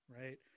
right